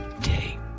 day